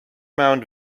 mount